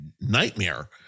nightmare